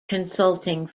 consulting